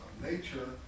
nature